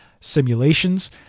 simulations